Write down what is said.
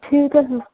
ٹھیک ہے پھر